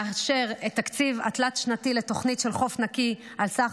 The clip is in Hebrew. לאשר את התקציב התלת-שנתי לתוכנית של חוף נקי על סך